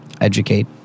educate